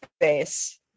face